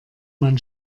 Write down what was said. man